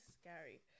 scary